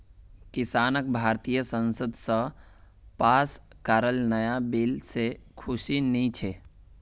किसानक भारतीय संसद स पास कराल नाया बिल से खुशी नी छे